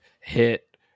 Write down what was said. hit